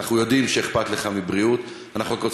אנחנו יודעים שאכפת לך מבריאות,